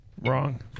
Wrong